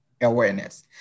awareness